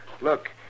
Look